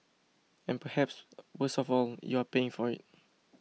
and perhaps worst of all you are paying for it